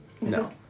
No